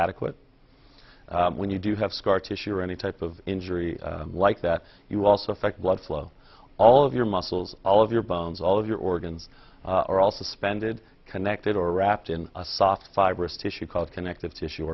adequate when you do have scar tissue or any type of injury like that you also affect blood flow all of your muscles all of your bones all of your organs are all suspended connected or wrapped in a soft fibrous tissue called connective tissue